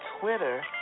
Twitter